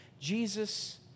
Jesus